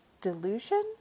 delusion